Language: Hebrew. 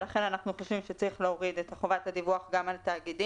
ולכן אנחנו חושבים שצריך להוריד את חובת הדיווח גם על תאגידים,